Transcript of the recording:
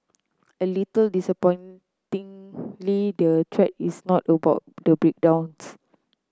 a little disappointingly the thread is not about the breakdowns